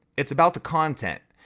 it's about the content.